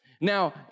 Now